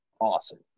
awesome